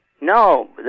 No